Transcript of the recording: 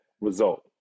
result